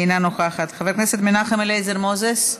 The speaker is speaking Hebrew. אינה נוכחת, חבר הכנסת מנחם אליעזר מוזס,